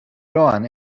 dawn